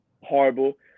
horrible